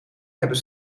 hebben